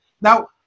Now